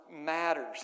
matters